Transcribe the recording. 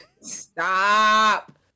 Stop